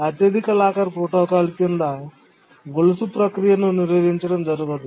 అత్యధిక locker protocol కింద గొలుసు ప్రక్రియను నిరోధించడం జరగదు